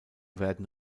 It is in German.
werden